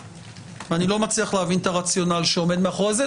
ואני לא מצליח להבין את הרציונל שעומד מאחורי זה,